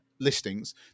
listings